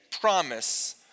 promise